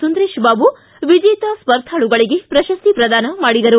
ಸುಂದರೇಶ್ ಬಾಬು ವಿಜೇತ ಸ್ವರ್ಧಾಳುಗಳಿಗೆ ಪ್ರಶಸ್ತಿ ಪ್ರದಾನ ಮಾಡಿದರು